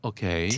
Okay